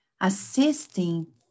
assisting